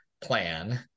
plan